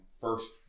First